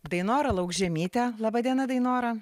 dainora laukžemyte laba diena dainora